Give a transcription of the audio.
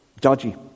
dodgy